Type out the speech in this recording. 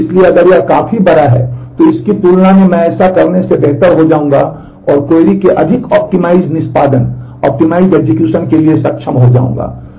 इसलिए अगर यह काफी बड़ा है तो इसकी तुलना में तो मैं ऐसा करने से बेहतर हो जाऊंगा और क्वेरी के लिए सक्षम हो जाऊंगा